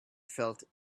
felt